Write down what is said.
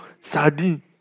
sadi